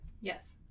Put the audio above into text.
yes